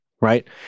right